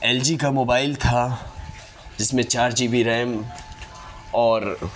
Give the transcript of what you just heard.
L G کا mobile تھا جس میں چار جی بی ریم اور